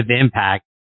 impact